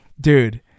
Dude